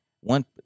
one